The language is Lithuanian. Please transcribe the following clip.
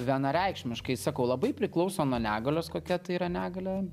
vienareikšmiškai sakau labai priklauso nuo negalios kokia tai yra negalia